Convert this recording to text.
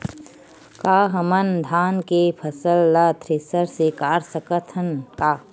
का हमन धान के फसल ला थ्रेसर से काट सकथन का?